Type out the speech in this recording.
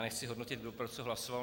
Nechci hodnotit, kdo pro co hlasoval.